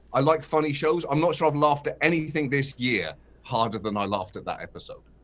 i like funny shows. i'm not sure i've laughed at anything this year harder than i laughed at that episode.